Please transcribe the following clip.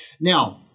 Now